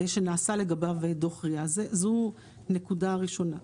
ושנעשה לגביו דו"ח RIA. זו הנקודה הראשונה.